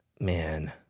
Man